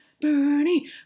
Bernie